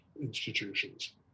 institutions